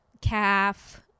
calf